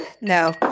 No